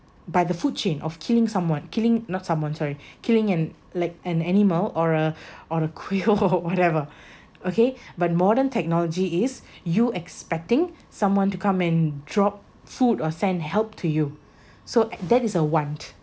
by the food chain of killing someone killing not someone sorry killing an like an animal or a or a quail or whatever okay but modern technology is you expecting someone to come and drop food or send help to you so that is a want